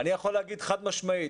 אני יכול להגיד חד-משמעית,